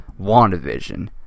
WandaVision